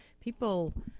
People